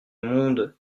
monde